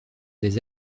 des